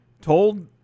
told